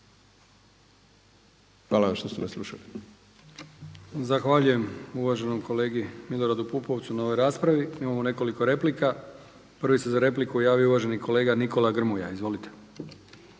Hvala vam što ste me slušali. **Brkić, Milijan (HDZ)** Zahvaljujem uvaženom kolegi Miloradu Pupovcu na ovoj raspravi. Mi imamo nekoliko replika. Prvi se za repliku javio uvaženi kolega Nikola Grmoja. Izvolite.